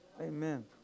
Amen